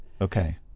Okay